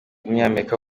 umunyamerika